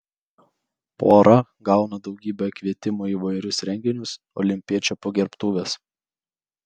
pora gauna daugybę kvietimų į įvairius renginius olimpiečių pagerbtuves